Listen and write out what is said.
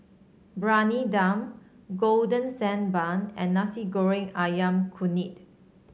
Briyani Dum Golden Sand Bun and Nasi Goreng ayam kunyit